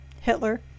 Hitler